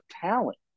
talent